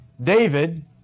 David